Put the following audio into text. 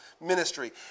ministry